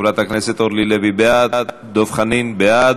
בעד, חברת הכנסת אורלי לוי, בעד, דב חנין, בעד.